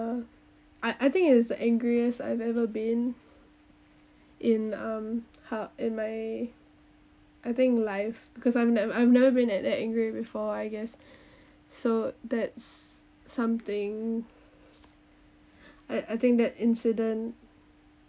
I I think is the angriest I've ever been in um in my I think life cause I've never I've never been that that angry before I guess so that's something I I think that incident